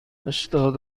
هشتاد